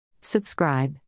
Subscribe